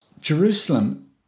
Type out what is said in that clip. Jerusalem